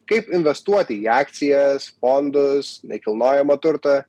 kaip investuoti į akcijas fondus nekilnojamą turtą